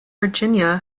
virginia